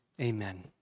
amen